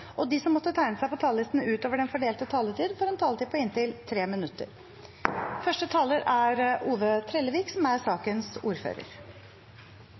og de som måtte tegne seg på talerlisten utover den fordelte taletid, får en taletid på inntil 3 minutter.